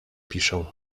piszę